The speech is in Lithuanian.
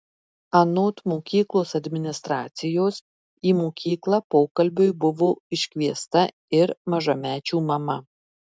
anot mokyklos administracijos į mokyklą pokalbiui buvo iškviesta ir mažamečių mama